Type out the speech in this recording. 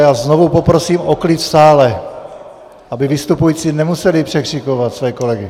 Já znovu poprosím o klid v sále, aby vystupující nemuseli překřikovat své kolegy.